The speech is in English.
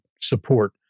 support